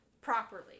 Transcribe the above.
properly